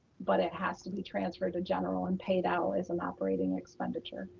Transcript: but it has to be transferred to general and paid out as an operating expenditure.